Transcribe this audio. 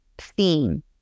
theme